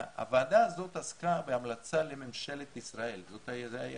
הוועדה הזאת עסקה בהמלצה לממשלת ישראל, זה היה